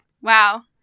Wow